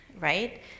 right